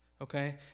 Okay